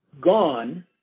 gone